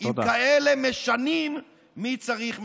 עם כאלה משנים מי צריך משמרים?